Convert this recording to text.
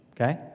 okay